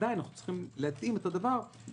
שעדין אנחנו צריכים להתאים את הדבר ולעשות